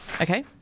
okay